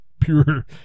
pure